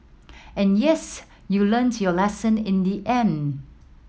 and yes you learnt your lesson in the end